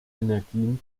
energien